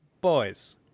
Boys